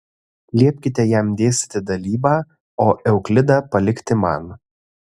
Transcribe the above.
liepkite jam dėstyti dalybą o euklidą palikti man